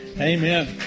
Amen